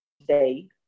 today